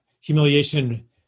Humiliation